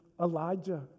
Elijah